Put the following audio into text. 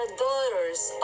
daughters